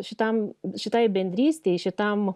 šitam šitai bendrystei šitam